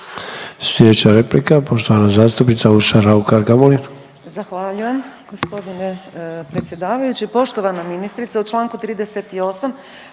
Sljedeća replika poštovana zastupnica Urša RAukar Gamulin.